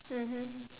mmhmm